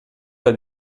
alla